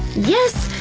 yes!